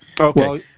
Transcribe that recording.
Okay